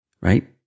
Right